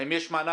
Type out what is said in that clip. האם יש מענק?